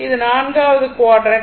இது நான்காவது குவாட்ரண்ட்